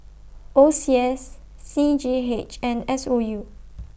O C S C G H and S O U